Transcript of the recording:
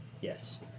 Yes